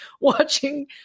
watching